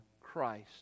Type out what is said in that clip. Christ